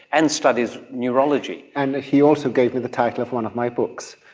and studies neurology. and he also gave me the title of one of my books,